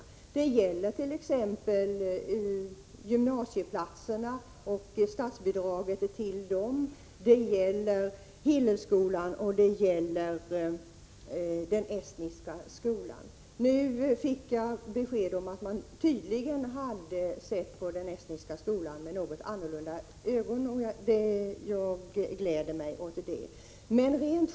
Det gäller t.ex. statsbidraget till gymnasieplatserna. Det gäller Hillelskolan och Estniska skolan. Nu fick jag besked om att man tydligen sett på Estniska skolan med något annorlunda ögon. Jag gläder mig åt det.